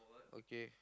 okay